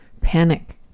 Panic